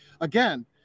again